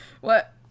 What-